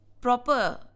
Proper